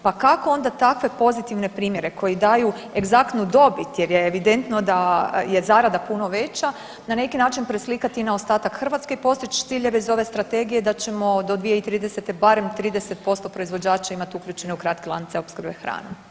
Pa kako onda takve pozitivne primjere koji daju egzaktnu dobit jer je evidentno da je zarada puno veća na neki način preslikati i na ostatak Hrvatske i postići ciljeve iz ove strategije da ćemo do 2030. barem 30% proizvođača imati uključene u kratke lance opskrbe hranom.